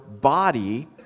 body